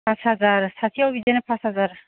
फास हाजार सासेयाव बिदिनो फास हाजार